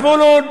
זבולון.